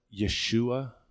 Yeshua